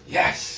yes